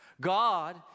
God